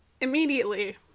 Immediately